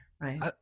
right